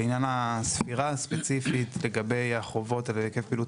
לעניין הספירה הספציפית לגבי החובות על ידי היקף פעילות